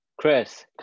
Chris